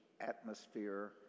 atmosphere